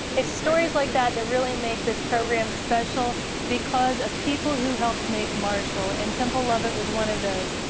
it's stories like that that really make this program special because of people who helped make marshall. and temple lovett was one of those.